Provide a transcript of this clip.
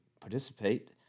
participate